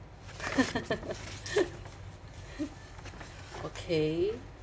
okay